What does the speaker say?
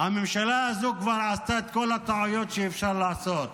הממשלה הזו כבר עשתה את כל הטעויות שאפשר לעשות,